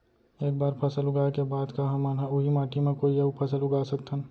एक बार फसल उगाए के बाद का हमन ह, उही माटी मा कोई अऊ फसल उगा सकथन?